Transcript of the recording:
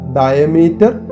diameter